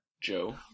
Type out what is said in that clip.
Joe